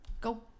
go